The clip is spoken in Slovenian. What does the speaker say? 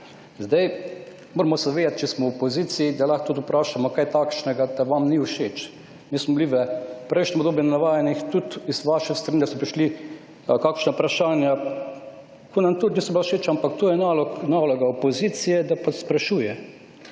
Moramo se zavedati, če smo v opoziciji, da lahko tudi vprašamo kaj takšnega, kar vam ni všeč. Mi smo bili v prejšnjem obdobju navajeni tudi z vaše strani, da so prišli kakšna vprašanja, ki nam tudi niso bila všeč. Ampak to je naloga opozicije, da pač sprašuje.